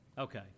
Okay